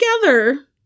together